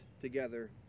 together